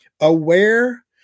aware